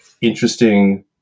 interesting